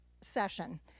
session